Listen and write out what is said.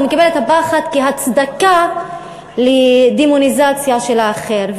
הוא מקבל את הפחד כהצדקה לדמוניזציה של האחר.